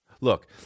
Look